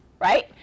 right